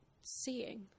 seeing